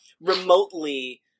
remotely